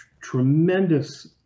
tremendous